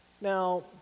Now